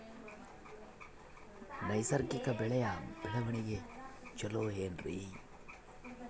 ನೈಸರ್ಗಿಕ ಬೆಳೆಯ ಬೆಳವಣಿಗೆ ಚೊಲೊ ಏನ್ರಿ?